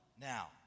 Now